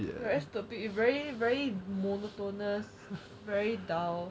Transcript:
very stupid very very monotonous very dull